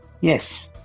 Yes